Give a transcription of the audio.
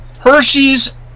Hershey's